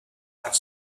have